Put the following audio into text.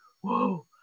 whoa